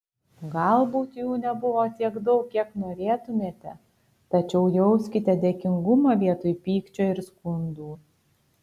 galbūt jų nebuvo tiek daug kiek norėtumėte tačiau jauskite dėkingumą vietoj pykčio ir skundų